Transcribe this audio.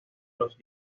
los